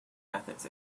methods